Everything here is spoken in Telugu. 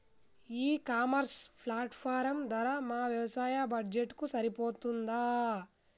ఈ ఇ కామర్స్ ప్లాట్ఫారం ధర మా వ్యవసాయ బడ్జెట్ కు సరిపోతుందా?